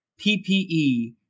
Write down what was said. PPE